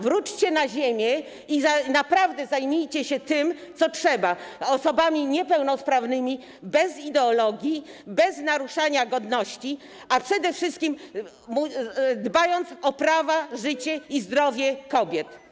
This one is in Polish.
Wróćcie na Ziemię i naprawdę zajmijcie się tym, co trzeba, osobami niepełnosprawnymi, bez ideologii, bez naruszania godności, a przede wszystkim - dbając o prawa, życie i zdrowie kobiet.